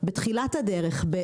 בתחילת הדרך,